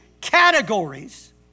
categories